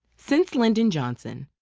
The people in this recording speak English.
since lyndon johnson,